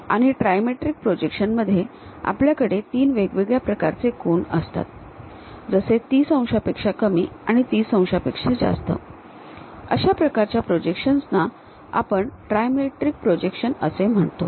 आणि trimetric projection मध्ये आपल्याकडे ३ वेगवेगळ्या प्रकारचे कोन असतात जसे ३० अंशांपेक्षा कमी आणि ३० अंशांपेक्षा जास्त अशा प्रकारच्या प्रोजेक्शन्स ना आपण ट्रायमेट्रिक प्रोजेक्शन्स असे म्हणतो